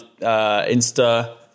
Insta